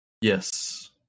Yes